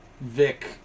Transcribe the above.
Vic